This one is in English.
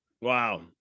wow